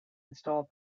install